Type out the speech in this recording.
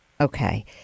Okay